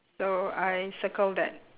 so I circle that